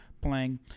playing